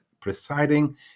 presiding